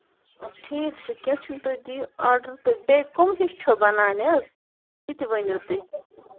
ٹھیٖک چھُ کیٚنٛہہ چھُنہٕ تُہۍ دِیو آرڈر بیٚیہِ کٕم ہِش چھَو بَنٲونہِ حظ سُہ تہِ ؤنِو تُہۍ